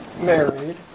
married